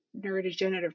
neurodegenerative